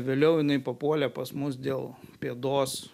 vėliau jinai papuolė pas mus dėl pėdos